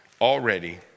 already